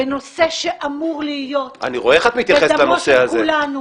בנושא שאמור להיות בדמם של כולנו.